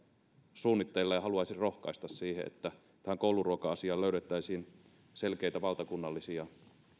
suunnitteilla ja haluaisin rohkaista siihen että tähän kouluruoka asiaan löydettäisiin selkeitä valtakunnallisia